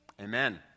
Amen